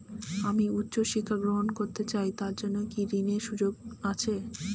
আমি উচ্চ শিক্ষা গ্রহণ করতে চাই তার জন্য কি ঋনের সুযোগ আছে?